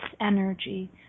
energy